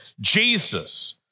Jesus